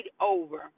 over